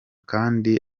kandi